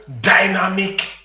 dynamic